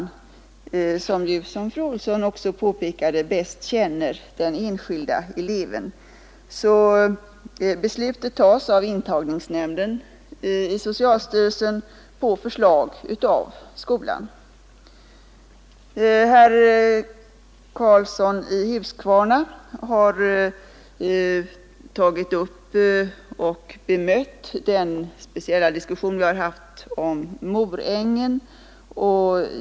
Som fru Olsson i Hölö också påpekade är det ju där man bäst känner den enskilde eleven. Beslutet fattas därför av socialstyrelsens intagningsnämnd på förslag från skolan. Herr Karlsson i Huskvarna har polemiserat mot den diskussion vi har fört om Morängens yrkesskola.